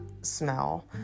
smell